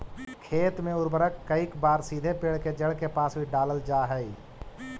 खेत में उर्वरक कईक बार सीधे पेड़ के जड़ के पास भी डालल जा हइ